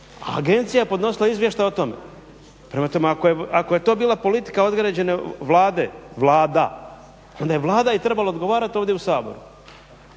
agencija je podnosila izvještaj o tome. Prema tome, ako je to bila politika određene Vlade, Vlada, onda je i Vlada trebala odgovarati ovdje u Saboru